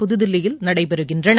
புதுதில்லியில் நடைபெறுகின்றன